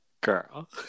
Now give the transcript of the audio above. girl